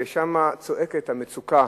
ושם צועקות המצוקה